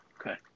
Okay